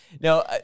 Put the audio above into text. No